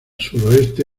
suroeste